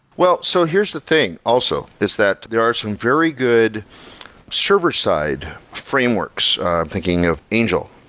well, so here's the thing also, is that there are some very good server-side frameworks. i'm thinking of angel.